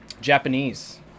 Japanese